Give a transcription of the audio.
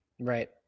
Right